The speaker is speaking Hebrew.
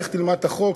לך תלמד את החוק,